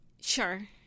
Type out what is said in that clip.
Sure